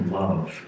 love